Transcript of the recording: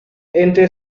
entre